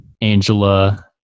Angela